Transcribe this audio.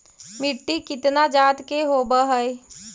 मिट्टी कितना जात के होब हय?